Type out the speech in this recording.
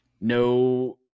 no